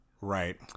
Right